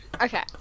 Okay